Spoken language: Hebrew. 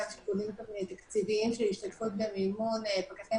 גם משיקולים תקציביים של השתתפות במימון פקחים